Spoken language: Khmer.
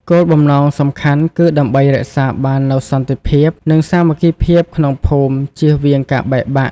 គោលបំណងសំខាន់គឺដើម្បីរក្សាបាននូវសន្តិភាព និងសាមគ្គីភាពក្នុងភូមិជៀសវាងការបែកបាក់។